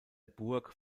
burg